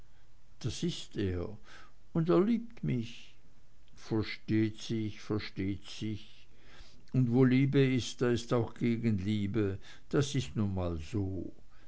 das ist er und liebt mich versteht sich versteht sich und wo liebe ist da ist auch gegenliebe das ist nun mal so